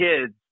kids